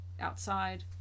outside